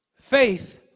Faith